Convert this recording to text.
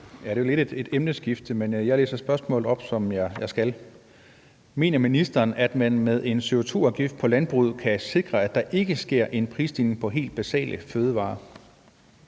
det er jo lidt et emneskifte, men jeg læser spørgsmålet op, som jeg skal: Mener ministeren, at man med en CO2-afgift på landbruget kan sikre, at der ikke sker en prisstigning på helt basale fødevarer?